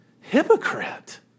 hypocrite